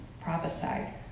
prophesied